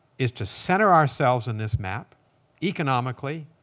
is to center ourselves on this map economically,